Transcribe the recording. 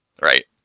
Right